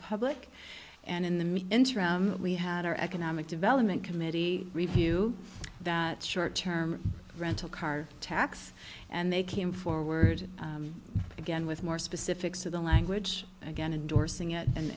public and in the mean interest we had our economic development committee review that short term rental car tax and they came forward again with more specifics of the language again indorsing it and